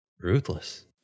Ruthless